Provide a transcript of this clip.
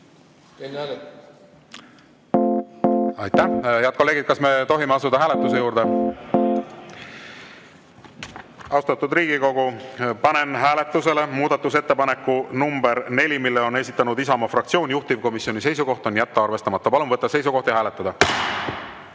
Hästi! Head kolleegid, me asume hääletuse ettevalmistamise juurde. Austatud Riigikogu, panen hääletusele muudatusettepaneku nr 3, mille on esitanud Isamaa fraktsioon. Juhtivkomisjoni seisukoht on jätta arvestamata. Palun võtta seisukoht ja hääletada!